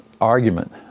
argument